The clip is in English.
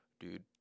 dude